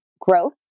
growth